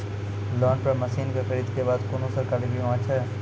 Loan पर मसीनऽक खरीद के बाद कुनू सरकारी बीमा छै?